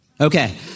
Okay